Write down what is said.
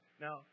Now